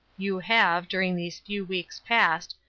you have, during these few weeks past,